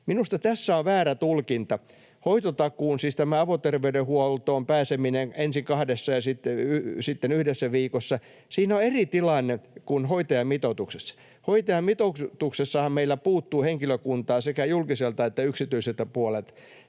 Minusta tässä on väärä tulkinta. Hoitotakuussa, siis tämä avoterveydenhuoltoon pääseminen ensin kahdessa ja sitten yhdessä viikossa, on eri tilanne kuin hoitajamitoituksessa. Hoitajamitoituksessahan meillä puuttuu henkilökuntaa sekä julkiselta että yksityiseltä puolelta.